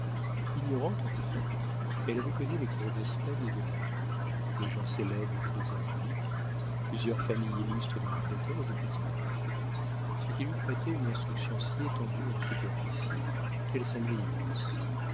ignorante en fait elle avait connu les cours d'espagne et de naples les gens célèbres des deux amériques plusieurs familles illustres de l'angleterre et du continent ce qui lui prêtait une instruction si étendue en superficie qu'elle semblait immense